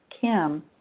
Kim